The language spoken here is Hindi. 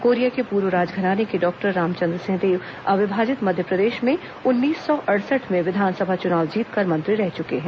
कोरिया के पूर्व राजघराने के डॉक्टर रामचंद्र सिंहदेव अविभाजित मध्यप्रदेश में उन्नीस सौ अडसठ में विधनसभा चुनाव जीतकर मंत्री रह चुके हैं